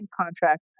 contract